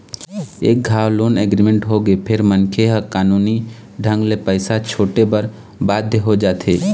एक घांव loan agreement होगे फेर मनखे ह कानूनी ढंग ले पइसा छूटे बर बाध्य हो जाथे